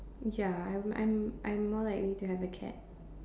ya I would I'm I'm more likely to have a cat